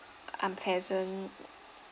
unpleasant